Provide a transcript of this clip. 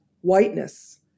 whiteness